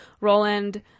roland